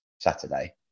saturday